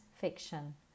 Fiction